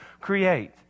create